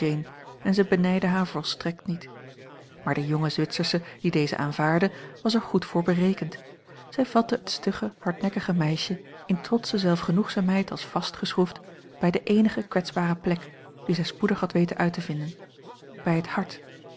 en zij benijdde haar volstrekt niet maar de jonge zwitsersche die deze aanvaardde was er goed voor berekend zij vatte het stugge hardnekkige meisje in trotsche zelfgenoegzaamheid als vastgeschroefd bij de éénige kwetsbare plek die zij spoedig had weten uit te vinden bij het hart